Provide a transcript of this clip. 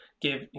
give